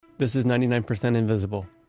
this is ninety nine percent invisible.